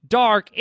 dark